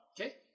Okay